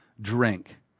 drink